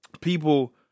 people